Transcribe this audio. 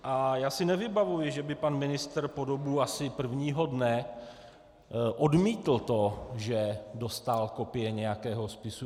A já si nevybavuji, že by pan ministr po dobu asi prvního dne odmítl to, že dostal kopie nějakého spisu.